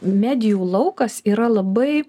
medijų laukas yra labai